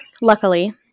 luckily